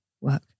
work